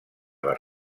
les